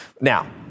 Now